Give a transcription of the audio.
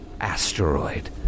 Asteroid